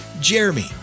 Jeremy